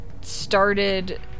Started